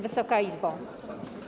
Wysoka Izbo!